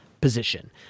position